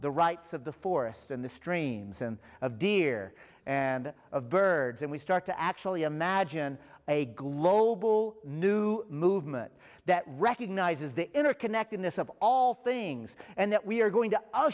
the rights of the forests and the streams and of deer and of birds and we start to actually imagine a global new movement that recognizes the interconnectedness of all things and that we are going to